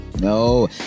No